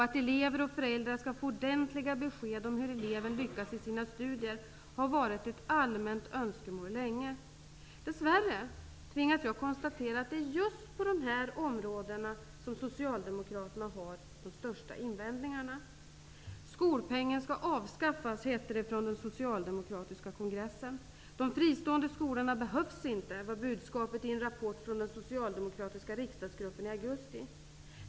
Att elever och föräldrar skall få ordentliga besked om hur eleven lyckas i sina studier har varit ett allmänt önskemål länge. Dess värre tvingas jag konstatera att det är just på de här områdena som socialdemokraterna har de största invändningarna. Skolpengen skall avskaffas, hette det från den socialdemokratiska kongressen. De fristående skolorna behövs inte, var budskapet i en rapport från den socialdemokratiska riksdagsgruppen i augusti.